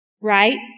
right